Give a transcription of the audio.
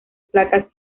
placas